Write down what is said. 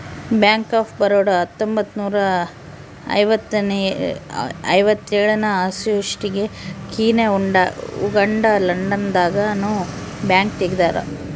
bank of Baroda ಹತ್ತೊಂಬತ್ತ್ನೂರ ಐವತ್ತೇಳ ಅನ್ನೊಸ್ಟಿಗೆ ಕೀನ್ಯಾ ಉಗಾಂಡ ಲಂಡನ್ ದಾಗ ನು ಬ್ಯಾಂಕ್ ತೆಗ್ದಾರ